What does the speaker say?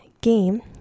game